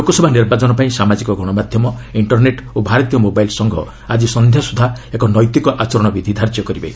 ଲୋକସଭା ନିର୍ବାଚନ ପାଇଁ ସାମାଜିକ ଗଣମାଧ୍ୟମ ଇଷ୍ଟର୍ନେଟ୍ ଓ ଭାରତୀୟ ମୋବାଇଲ୍ ସଂଘ ଆଜି ସନ୍ଧ୍ୟାସ୍ରଦ୍ଧା ଏକ ନୈତିକ ଆଚରଣ ବିଧି ଧାର୍ଯ୍ୟ କରିବେ